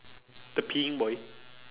the peeing boy